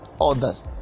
others